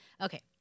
Okay